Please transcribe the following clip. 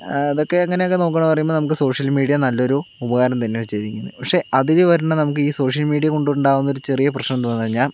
ഇതൊക്കെ ഇങ്ങനൊക്കെ നോക്കുകയാണ് പറയുമ്പോൾ നമുക്ക് സോഷ്യൽ മീഡിയ നല്ലൊരു ഉപകാരം തന്നെയാണ് ചെയ്തിരിക്കുന്നത് പക്ഷേ അതിൽ വരുന്ന നമുക്ക് ഈ സോഷ്യൽ മീഡിയ കൊണ്ടുണ്ടാകുന്ന ഒരു ചെറിയ പ്രശ്നം എന്തുണെന്നു പറഞ്ഞാൽ